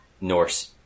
Norse